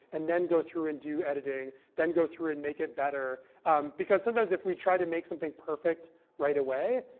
and then go through and do editing. then go through and make it better because sometimes, if we try to make something perfect right away,